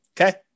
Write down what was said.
Okay